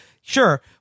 Sure